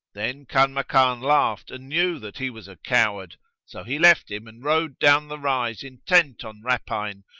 then kanmakan laughed and knew that he was a coward so he left him and rode down the rise, intent on rapine,